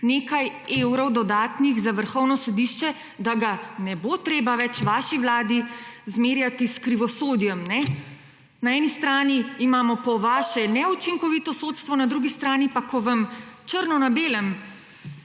nekaj dodatnih evrov za Vrhovno sodišče, da ga ne bo treba več vaši vladi zmerjati s krivosodjem. Na eni strani imamo po vaše neučinkovito sodstvo, na drugi strani pa, ko vam črno na belem